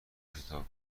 کتاب